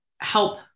help